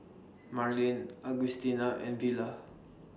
Marlyn Augustina and Villa